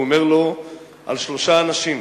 והוא אומר לו על שלושה אנשים,